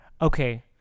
Okay